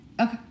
Okay